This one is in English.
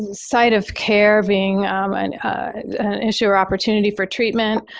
site of care being an issue or opportunity for treatment,